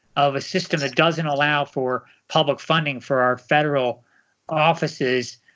of a system that doesn't allow for public funding for our federal offices,